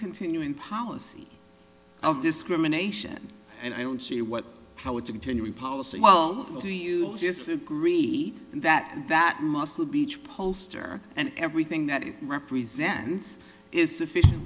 continuing policy of discrimination and i don't see what how it's a continuing policy well to you just agree that that muscle beach pollster and everything that it represents is sufficient